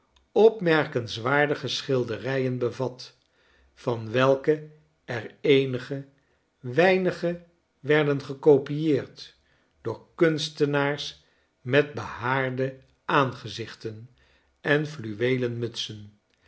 opmerkenswaardige schilderijen bevat van welke er eenige weinige werden gekopieerd door kunstenaars met behaarde aangezichten en fluweelen mutsen